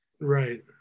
right